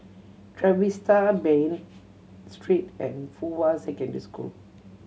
Trevista Bain Street and Fuhua Secondary School